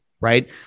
right